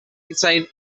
contain